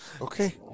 Okay